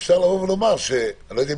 אפשר לייצר הגדרות